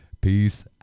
Peace